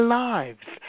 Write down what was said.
lives